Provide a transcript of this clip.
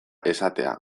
esatea